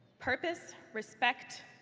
purpose, respect,